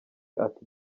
ati